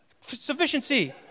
Sufficiency